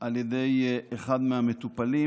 על ידי אחד מהמטופלים,